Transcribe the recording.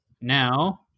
now